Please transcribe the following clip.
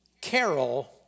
carol